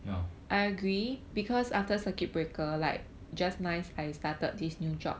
ya